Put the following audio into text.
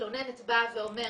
מתלוננת באה ואומרת: